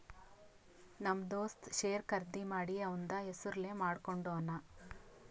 ನಮ್ ದೋಸ್ತ ಶೇರ್ ಖರ್ದಿ ಮಾಡಿ ಅವಂದ್ ಹೆಸುರ್ಲೇ ಮಾಡ್ಕೊಂಡುನ್